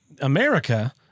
America